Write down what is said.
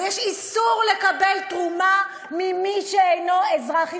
ויש איסור לקבל תרומה ממי שאינו אזרח ישראל.